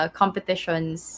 competitions